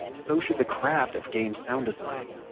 so should the craft of game sound design.